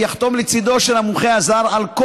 ויחתום לצידו של המומחה הזר על כל